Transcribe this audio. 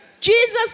Jesus